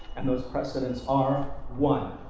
and those precedents are one,